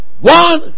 One